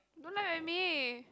don't laugh at me